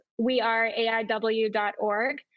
weareaiw.org